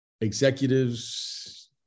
executives